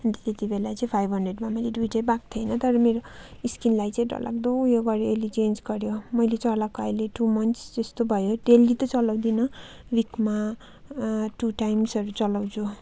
अन्त त्यति बेला चाहिँ फाइभ हन्ड्रेडमा मैले दुइवटा पाएको थिएँ तर मेरो स्किनलाई चाहिँ डर लाग्दो उयो गऱ्यो अहिले चेन्ज गऱ्यो मैले चलाएको अहिले टु मन्थ्स जस्तो भयो डेली त चलाउँदिनँ विकमा टु टाइम्सहरू चलाउँछु